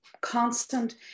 constant